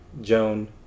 Joan